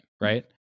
Right